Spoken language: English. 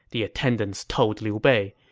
the attendants told liu bei.